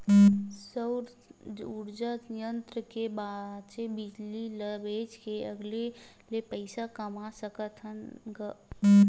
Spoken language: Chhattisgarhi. सउर उरजा संयत्र के बाचे बिजली ल बेच के अलगे ले पइसा कमा सकत हवन ग